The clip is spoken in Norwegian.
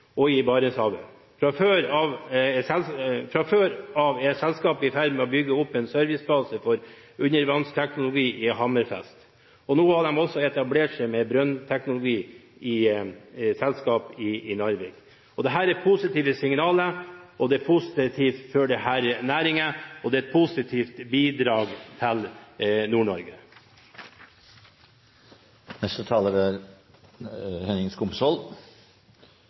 Barentshavet. Fra før av er selskapet i ferd med å bygge opp en servicebase for undervannsteknologi i Hammerfest. Nå har de også etablert seg med et brønnteknologisk selskap i Narvik. Dette er positive signaler – det er positivt for denne næringen, og det er et positivt bidrag til Nord-Norge. Norge er